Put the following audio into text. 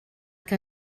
que